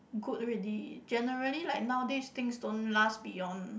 good already generally like now these things don't last beyond